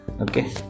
okay